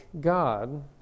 God